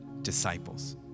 disciples